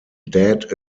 dead